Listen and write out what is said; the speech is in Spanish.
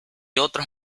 otros